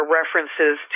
references